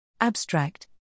Abstract